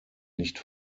nicht